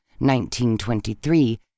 1923